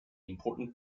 important